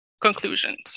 Conclusions